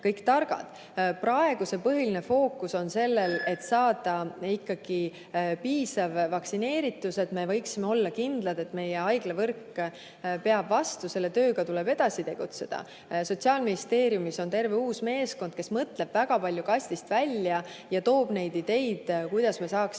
kõik targad. Praegune põhiline fookus on sellel, et saada ikkagi piisav vaktsineeritus, et me võiksime olla kindlad, et meie haiglavõrk peab vastu. Seda tööd tuleb edasi teha. Sotsiaalministeeriumis on terve uus meeskond, kes mõtleb väga palju kastist välja ja toob ideid, kuidas me saaksime